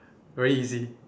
very easy